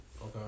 Okay